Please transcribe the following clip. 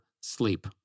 sleep